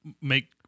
make